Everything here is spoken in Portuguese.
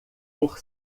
por